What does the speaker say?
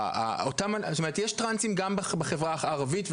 זאת אומרת יש טרנסים גם בחברה הערבית,